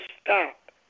stop